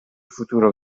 futuro